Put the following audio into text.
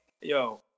Yo